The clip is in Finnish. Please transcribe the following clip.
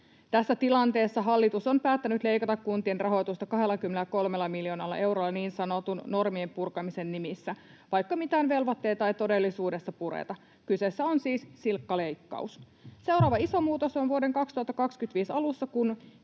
Tässä tilanteessa hallitus on päättänyt leikata kuntien rahoitusta 23 miljoonalla eurolla niin sanotun normien purkamisen nimissä, vaikka mitään velvoitteita ei todellisuudessa pureta. Kyseessä on siis silkka leikkaus. Seuraava iso muutos on vuoden 2025 alussa,